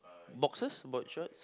boxers bob shorts